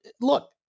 look